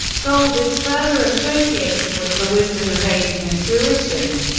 gold is further associated with the wisdom of aging and fruition.